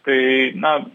tai na